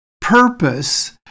purpose